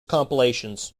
compilations